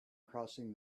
crossing